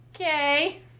okay